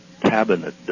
cabinet